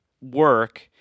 work